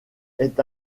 est